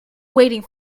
waiting